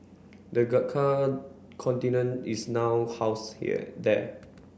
the Gurkha is now house here there